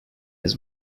his